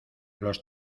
los